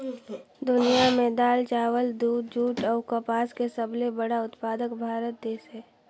दुनिया में दाल, चावल, दूध, जूट अऊ कपास के सबले बड़ा उत्पादक भारत देश हे